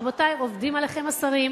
רבותי, עובדים עליכם השרים,